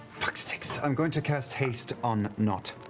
fucksticks. i'm going to cast haste on nott.